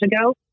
ago